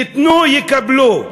ייתנו, יקבלו.